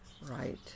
Right